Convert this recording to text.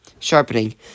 Sharpening